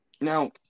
Now